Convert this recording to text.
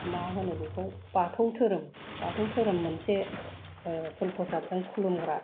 मा होनो बेखौ बाथौ धोरोम बाथौ धोरोम मोनसे फुल प्रसादजों खुलुमग्रा